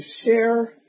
share